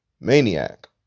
maniac